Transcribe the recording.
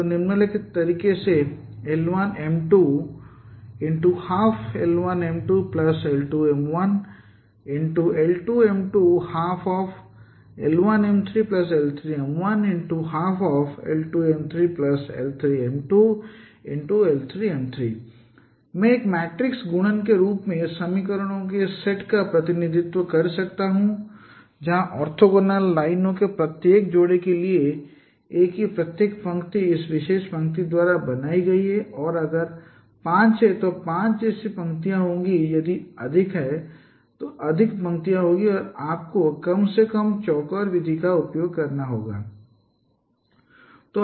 तो निम्नलिखित तरीके से l1 m1 12l1 m2l2 m1 l2 m2 12l1 m3l3 m1 12l2 m3l3 m2 l3 m3 मैं एक मैट्रिक्स गुणन के रूप में समीकरणों के सेट का प्रतिनिधित्व कर सकता हूं जहां ऑर्थोगोनल लाइनों के प्रत्येक जोड़े के लिए A की प्रत्येक पंक्ति इस विशेष पंक्ति द्वारा बनाई गई है और अगर पांच हैं तो पांच ऐसी पंक्तियां होंगी यदि अधिक हैं तो अधिक पंक्तियां होंगी और आपको कम से कम चौकोर विधि का उपयोग करना होगा